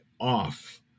off